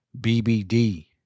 BBD